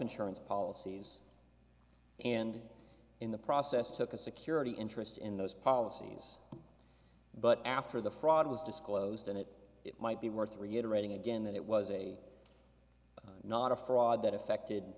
insurance policies and in the process took a security interest in those policies but after the fraud was disclosed and it might be worth reiterating again that it was a not a fraud that affected